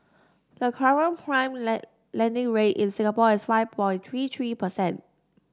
the current prime lending rate in Singapore is five for three three percent